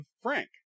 Frank